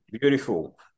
Beautiful